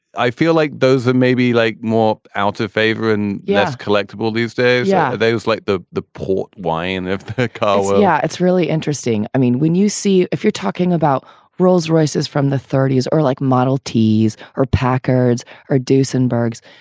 i feel like those that maybe like more out-of-favor and. yes. collectable these days. yeah. those like the the port wine her. ah yeah it's really interesting. i mean when you see if you're talking about rolls royces from the thirty s or like model ts or packards or doosan burgs,